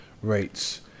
rates